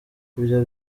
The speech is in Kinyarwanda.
kurya